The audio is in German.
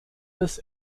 des